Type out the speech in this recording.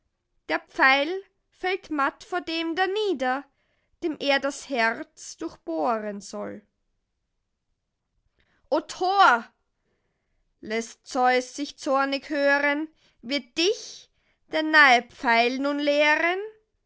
der pfeil fällt matt vor dem danieder dem er das herz durchbohren soll o tor läßt zeus sich zornig hören wird dich der nahe pfeil nun lehren